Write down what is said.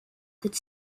could